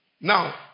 Now